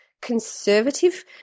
conservative